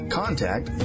contact